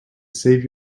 save